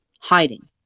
hiding